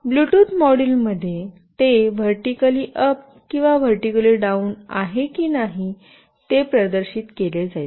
Bluetooth मॉड्यूलमध्ये ते vertically up किंवा व्हर्टीकली डाउन आहे की नाही ते प्रदर्शित केले जाईल